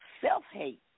self-hate